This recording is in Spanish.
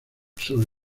sobre